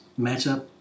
matchup